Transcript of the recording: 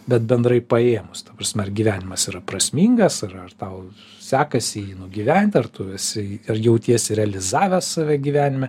bet bendrai paėmus ta prasme ar gyvenimas yra prasmingas ar ar tau sekasi jį nugyvent ar tu esi ar jautiesi realizavęs save gyvenime